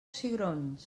cigrons